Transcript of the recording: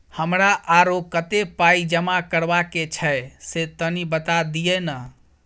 हमरा आरो कत्ते पाई जमा करबा के छै से तनी बता दिय न?